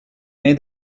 made